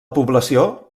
població